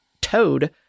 toad